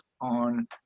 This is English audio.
on